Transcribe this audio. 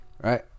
right